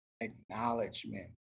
Acknowledgement